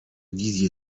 wizje